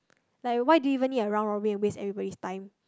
like why do you need a round Robin and waste everybody's time